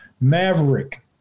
Maverick